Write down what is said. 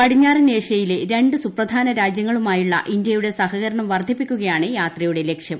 പടിഞ്ഞാറൻ ഏഷ്യയിലെ രണ്ട് സുപ്രധാന രാജ്യങ്ങളുമായുള്ള ഇന്ത്യയുടെ സഹകരണം വർദ്ധിപ്പിക്കുകയാണ് യാത്രയുടെ ലക്ഷ്യം